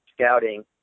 scouting